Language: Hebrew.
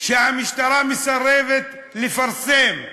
שהמשטרה מסרבת לפרסם: